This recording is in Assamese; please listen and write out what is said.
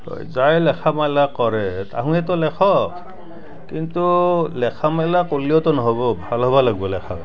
যি লেখা মেলা কৰে তাহাঁতিতো লেখক কিন্তু লেখা মেলা কৰিলেওতো নহ'ব ভাল হ'ব লাগিব লেখা